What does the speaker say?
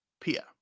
pia